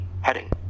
Heading